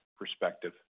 perspective